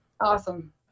Awesome